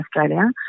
Australia